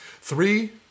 Three